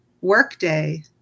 Workday